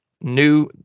new